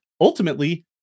ultimately